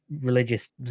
religious